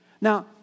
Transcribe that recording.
Now